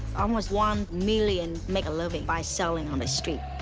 almost one million make a living by selling on the street.